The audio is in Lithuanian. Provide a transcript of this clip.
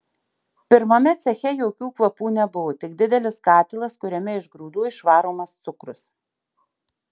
pirmame ceche jokių kvapų nebuvo tik didelis katilas kuriame iš grūdų išvaromas cukrus